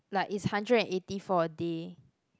like is hundred and eighty for a day